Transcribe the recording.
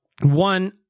One